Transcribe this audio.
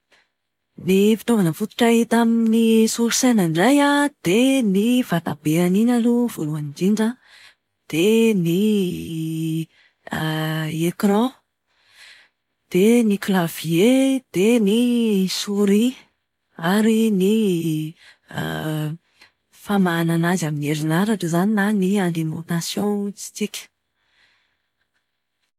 Ny fitaovana fototra hita amin'ny solosaina indray an, dia ny vatabeany iny aloha voalohany indrindra an, dia ny ecran. Dia ny klavie dia ny souris ary ny famahanana azy amin'ny herinaratra izany na ny alimentation hozy tsika.